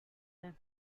than